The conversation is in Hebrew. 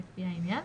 לפי העניין,